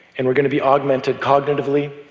and we're going to be augmented cognitively,